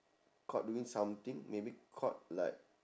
caught doing something maybe caught like